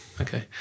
okay